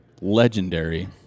legendary